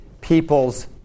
people's